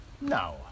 No